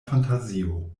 fantazio